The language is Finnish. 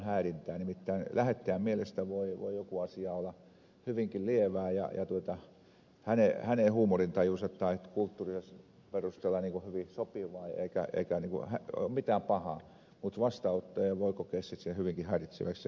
nimittäin lähettäjän mielestä voi joku asia olla hyvinkin lievää ja hänen huumorintajunsa tai kulttuurinsa perusteella hyvin sopivaa eikä ole mitään pahaa mutta vastaanottaja voi kokea sitten sen hyvinkin häiritseväksi